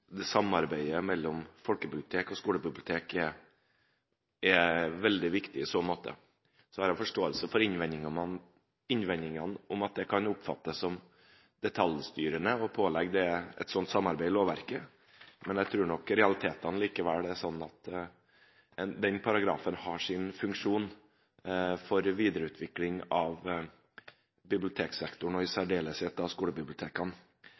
at samarbeidet mellom folkebibliotek og skolebibliotek er veldig viktig i så måte. Jeg har forståelse for innvendingene, at det kan oppfattes som detaljstyrende å pålegge et slikt samarbeid i lovverket, men jeg tror realitetene likevel er sånn at den paragrafen har sin funksjon for videreutvikling av bibliotekssektoren, og i særdeleshet skolebibliotekene. På dette grunnlaget velger Kristelig Folkeparti å stemme for å beholde den gamle § 6, som det framgår av